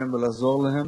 היה שיתוף פעולה ממד"א,